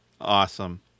Awesome